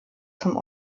zum